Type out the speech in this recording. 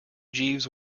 jeeves